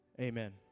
Amen